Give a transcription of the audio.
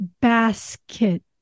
basket